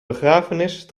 begrafenis